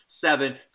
seven